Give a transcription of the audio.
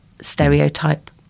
stereotype